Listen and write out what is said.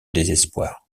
désespoir